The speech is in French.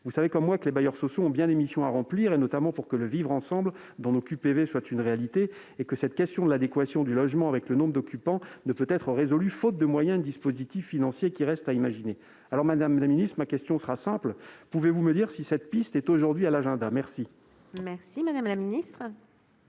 vous savez comme moi que les bailleurs sociaux ont bien des missions à remplir, notamment pour faire du vivre ensemble une réalité dans nos QPV, et que la question de l'adéquation du logement avec le nombre d'occupants ne peut être résolue faute de moyens et de dispositifs financiers, ces derniers restant à imaginer. Madame la ministre, ma question est simple : pouvez-vous me dire si cette piste est aujourd'hui à l'agenda ? La parole est à Mme la ministre